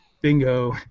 bingo